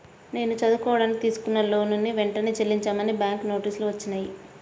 నేను చదువుకోడానికి తీసుకున్న లోనుని వెంటనే చెల్లించమని బ్యాంకు నోటీసులు వచ్చినియ్యి